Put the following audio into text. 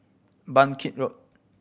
Bangkit Road